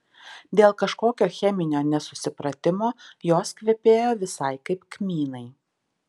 dėl kažkokio cheminio nesusipratimo jos kvepėjo visai kaip kmynai